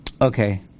Okay